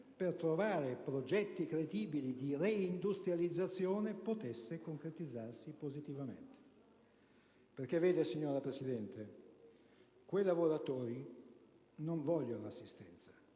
per trovare progetti credibili di reindustrializzazione potesse concretizzarsi positivamente. Vede, signora Presidente, quei lavoratori non vogliono assistenza,